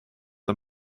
the